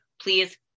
please